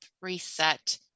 reset